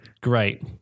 Great